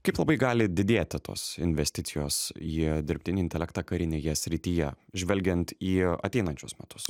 kaip labai gali didėti tos investicijos jie dirbtinį intelektą karinėje srityje žvelgiant į ateinančius metus